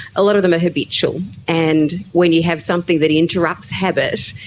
a lot of them are habitual. and when you have something that interrupts habit,